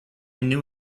new